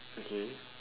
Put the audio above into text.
okay